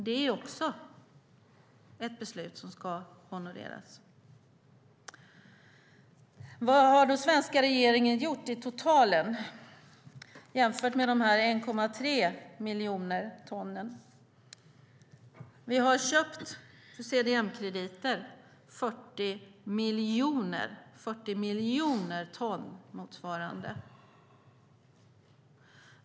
Det är också ett beslut som ska honoreras. Vad har då svenska regeringen gjort i totalen, jämfört med de 1,3 miljoner tonnen? Vi har köpt, för CDM-krediter, motsvarande 40 miljoner ton.